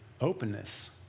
openness